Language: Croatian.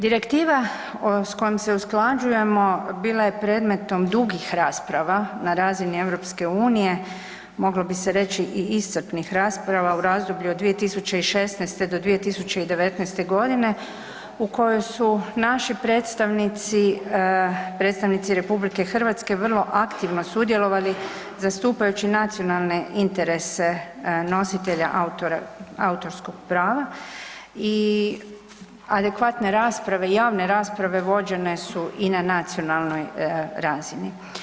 Direktiva s kojom se usklađujemo bila je predmetom dugih rasprava na razini EU, moglo bi se reći i iscrpnih rasprava u razdoblju od 2016. do 2019. u kojoj su naši predstavnici, predstavnici RH vrlo aktivno sudjelovali zastupajući nacionalne interese nositelja autora, autorskog prava i adekvatne rasprave i javne rasprave vođene su i na nacionalnoj razini.